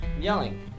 Yelling